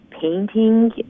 painting